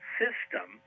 system